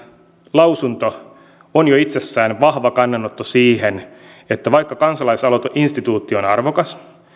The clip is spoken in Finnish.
lausunto on jo itsessään vahva kannanotto siihen että vaikka kansalaisaloiteinstituutio on arvokas